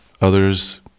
Others